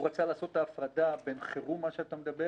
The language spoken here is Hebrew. רצה לעשות הפרדה בין חירום למשבר.